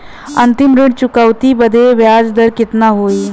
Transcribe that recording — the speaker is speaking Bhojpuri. अंतिम ऋण चुकौती बदे ब्याज दर कितना होई?